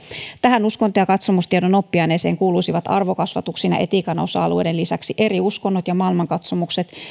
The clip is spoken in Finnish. tähän uskonto ja katsomustiedon oppiaineeseen kuuluisivat arvokasvatuksen ja etiikan osa alueiden lisäksi eri uskonnot ja maailmankatsomukset